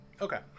Okay